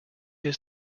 his